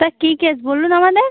তা কী কেস বলুন আমাদের